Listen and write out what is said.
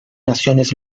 naciones